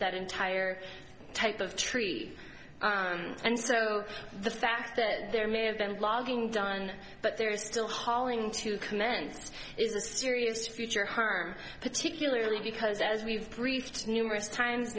that entire type of trees and so the fact that there may have been blogging done but there is still hauling to commence this is a serious future herm particularly because as we've briefed numerous times